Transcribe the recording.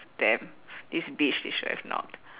damn this bitch she should have knocked